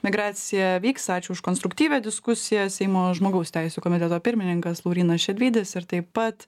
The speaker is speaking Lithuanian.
migracija vyks ačiū už konstruktyvią diskusiją seimo žmogaus teisių komiteto pirmininkas laurynas šedvydis ir taip pat